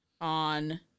on